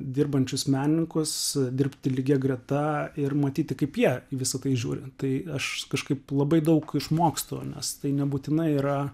dirbančius menininkus dirbti lygia greta ir matyti kaip jie į visa tai žiūri tai aš kažkaip labai daug išmokstu nes tai nebūtinai yra